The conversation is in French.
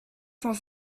cent